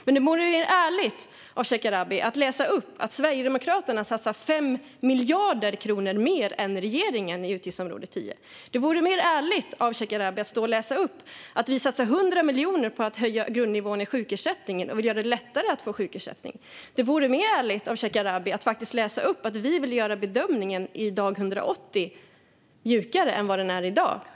Det vore mer ärligt av Shekarabi att läsa upp att Sverigedemokraterna satsar 5 miljarder kronor mer än regeringen i utgiftsområde 10. Det vore mer ärligt av Shekarabi att stå och läsa upp att vi satsar 100 miljoner på att höja grundnivån i sjukersättningen och vill göra det lättare att få sjukersättning. Det vore mer ärligt av Shekarabi att faktiskt läsa upp att vi vill göra bedömningen vid dag 180 mjukare än den är i dag.